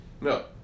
No